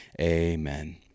amen